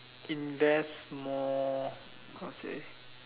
invest more how to say